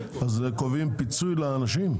אז קובעים פיצוי לאנשים?